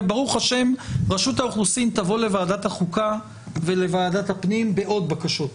וברוך ה' רשות האוכלוסין תבוא לוועדת החוקה ולוועדת הפנים בעוד בקשות.